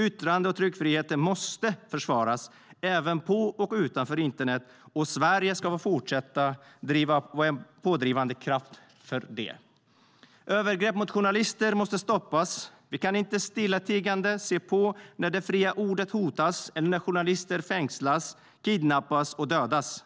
Yttrande och tryckfriheten måste försvaras, även på och utanför internet. Sverige ska fortsätta att vara en pådrivande kraft för den. Övergrepp mot journalister måste stoppas. Vi kan inte stillatigande se på när det fria ordet hotas eller när journalister fängslas, kidnappas och dödas.